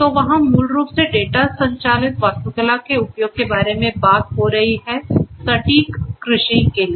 तो वहां मूल रूप से डेटा संचालित वास्तुकला के उपयोग के बारे में बात हो रही है सटीक कृषि के लिए